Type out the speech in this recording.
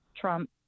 Trump